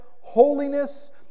holiness